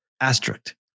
Asterisk